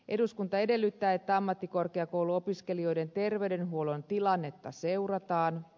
eduskunta edellyttää että ammattikorkeakouluopiskelijoiden terveydenhuollon tilannetta seurataan